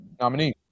nominee